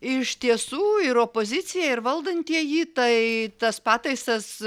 iš tiesų ir opozicija ir valdantieji tai tas pataisas